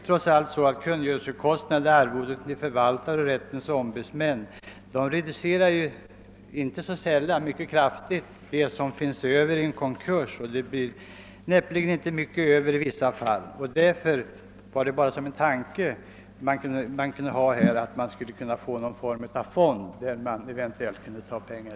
Trots allt reducerar dock kungörelsekostnader och arvoden till förvaltare och rättsombudsmän inte sällan mycket kraftigt de tillgångar som finns över i en konkurs; i vissa fall blir det näppeligen mycket kvar. Jag ville därför bara framföra tanken att det skulle kunna inrättas någon form av fond, ur vilket det eventuellt kunde tas pengar.